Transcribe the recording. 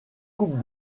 coupes